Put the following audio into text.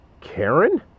Karen